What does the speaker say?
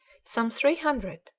some three hundred,